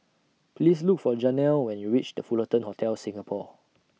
Please Look For Janelle when YOU REACH The Fullerton Hotel Singapore